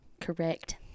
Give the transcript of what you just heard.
Correct